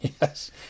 Yes